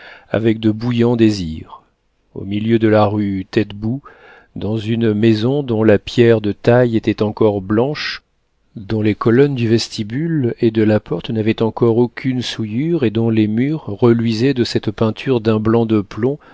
avec de bouillants désirs au milieu de la rue taitbout dans une maison dont la pierre de taille était encore blanche dont les colonnes du vestibule et de la porte n'avaient encore aucune souillure et dont les murs reluisaient de cette peinture d'un blanc de plomb